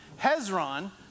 Hezron